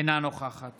אינה נוכחת